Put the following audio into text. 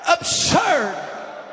absurd